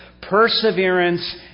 Perseverance